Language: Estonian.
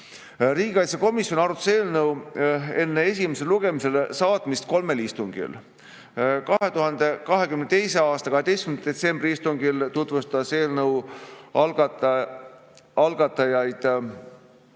Riigikaitsekomisjon arutas eelnõu enne esimesele lugemisele saatmist kolmel istungil. 2022. aasta 12. detsembri istungil tutvustas eelnõu algatajaid